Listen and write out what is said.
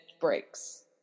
breaks